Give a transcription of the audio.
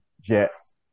Jets